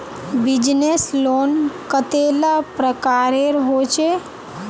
Business loan कतेला प्रकारेर होचे?